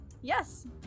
Yes